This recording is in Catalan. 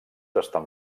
estan